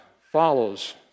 follows